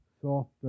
soft